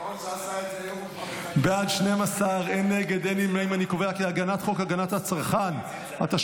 ההצעה להעביר את הצעת חוק הגנת הצרכן (תיקון מס' 70) (חובת הקלטת שיחות,